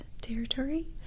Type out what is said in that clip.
territory